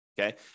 okay